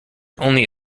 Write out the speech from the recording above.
only